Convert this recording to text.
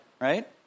right